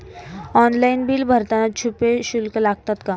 Online bill भरताना छुपे शुल्क लागतात का?